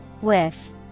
Whiff